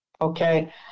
Okay